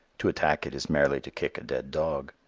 to attack it is merely to kick a dead dog.